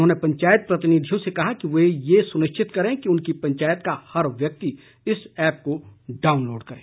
उन्होंने पंचायत प्रतिनिधियों से कहा कि वे यह सुनिश्चित करें कि उनकी पंचायत का हर व्यक्ति इस ऐप को डाउनलोड करे